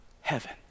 heaven